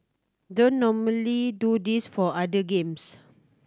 don't normally do this for other games